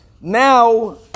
now